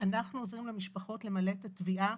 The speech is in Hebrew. אנחנו עוזרים למשפחות למלא את התביעה.